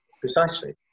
precisely